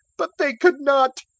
but they could not.